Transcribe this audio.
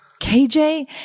KJ